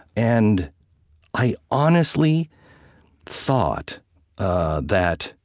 and i honestly thought ah that,